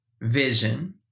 vision